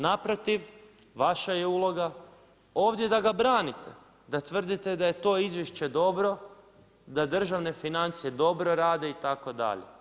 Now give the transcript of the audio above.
Naprotiv, vaša je uloga ovdje da ga branite, da tvrdite da je to izvješće dobro, da državne financije dobro rade itd.